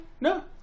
no